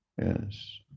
Yes